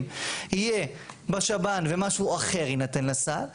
יהיה בשב"ן ומשהו אחר יינתן לסל,